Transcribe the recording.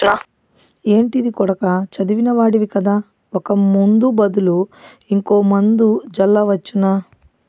ఏంటిది కొడకా చదివిన వాడివి కదా ఒక ముందు బదులు ఇంకో మందు జల్లవచ్చునా